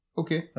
okay